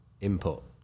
input